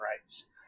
rights